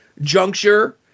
juncture